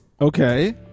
okay